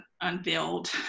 unveiled